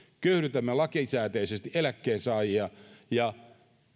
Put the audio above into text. köyhdytämme lakisääteisesti eläkkeensaajia ja